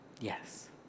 Yes